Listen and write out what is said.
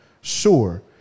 sure